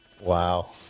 Wow